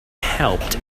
helped